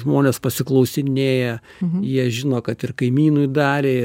žmones pasiklausinėja jie žino kad ir kaimynui darė